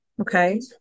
okay